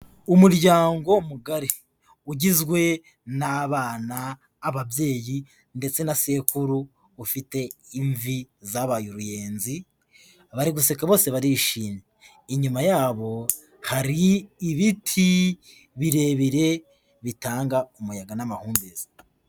Umuryango mugari ugizwe n'abana, ababyeyi ndetse na sekuru ufite imvi zabaye uruyenzi, bari guseka bose barishimye, inyuma yabo hari ibiti birebire bitanga umuyaga n'amahumbezi.